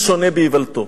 כסיל שונה באיוולתו,